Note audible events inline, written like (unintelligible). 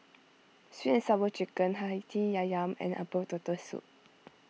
Sweet and Sour Chicken Hati (unintelligible) and Herbal Turtle Soup